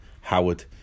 Howard